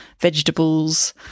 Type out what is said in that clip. vegetables